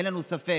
אין לנו ספק